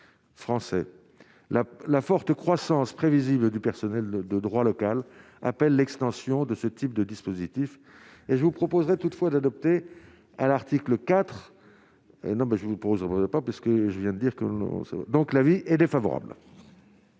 français la la forte croissance prévisible du personnel de droit local appelle l'extension de ce type de dispositif et je vous proposerai toutefois d'adopter à l'article IV non mais je vous pose on on ne pas parce que je viens de dire que non, donc l'avis est défavorable.